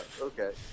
okay